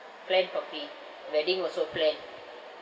plan properly wedding also plan